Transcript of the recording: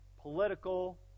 political